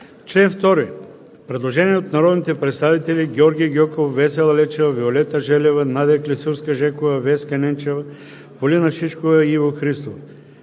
чл. 2 има предложение от народните представители Георги Гьоков, Весела Лечева, Виолета Желева, Надя Клисурска-Жекова, Веска Ненчева, Полина Шишкова и Иво Христов.